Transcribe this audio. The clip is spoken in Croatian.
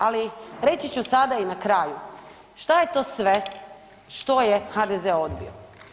Ali, reći ću sada i na kraju, što je to sve što je HDZ odbio?